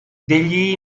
degli